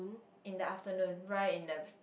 in the afternoon right in the